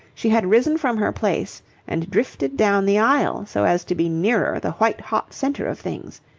she had risen from her place and drifted down the aisle so as to be nearer the white-hot centre of things.